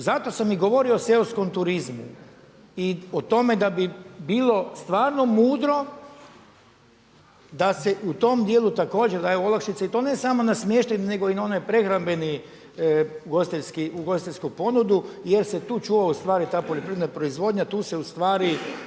Zato sam i govorio o seoskom turizmu i o tome da bi bilo stvarno mudro da se u tom dijelu također daje olakšica i to ne samo na smještajni, nego i na onaj prehrambeni ugostiteljski, ugostiteljsku ponudu jer se tu čuva u stvari ta poljoprivredna proizvodnja, tu se u stvari